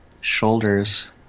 shoulders